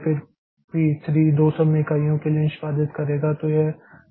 फिर पी 3 2 समय इकाइयों के लिए निष्पादित करेगा